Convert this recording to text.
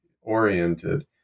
oriented